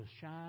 shine